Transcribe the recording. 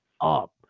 up